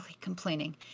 complaining